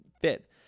fit